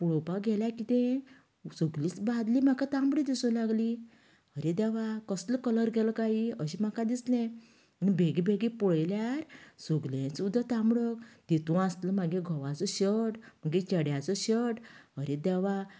पळोवपाक गेल्यार कितें सगलीच बालदी म्हाका तांबडी दिसूंक लागली आरे देवा कसलो कलर गेलो कांय अशें म्हाका दिसलें आनी बेगीबेगीन पळयल्यार सगलेंच उदक तांबडें तितूंत आसलो म्हगे घोवालो शर्ट म्हगे चेड्याचो शर्ट आरे देवा